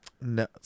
No